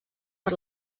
per